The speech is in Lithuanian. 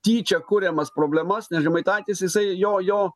tyčia kuriamas problemas nes žemaitaitis jisai jo jo